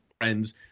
friends